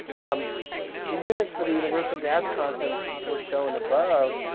um the units for the universal gas constant were shown above.